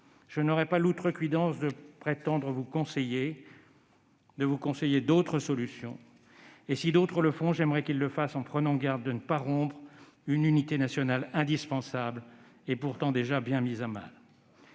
Je n'aurai pas l'outrecuidance de prétendre vous conseiller d'autres solutions. Si d'autres le font, j'aimerais qu'ils le fassent en prenant garde de ne pas rompre une unité nationale indispensable et pourtant déjà bien mise à mal.